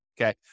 okay